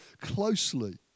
closely